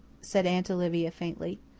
said aunt olivia, faintly.